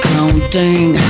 Counting